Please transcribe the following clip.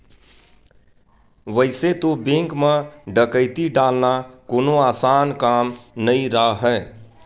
वइसे तो बेंक म डकैती डालना कोनो असान काम नइ राहय